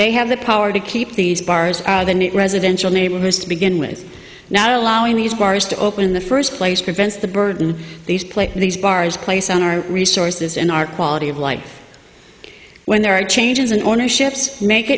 they have the power to keep these bars the new residential neighborhoods to begin with not allowing these bars to open in the first place prevents the burden these place these bars place on our resources and our quality of life when there are changes in ownerships make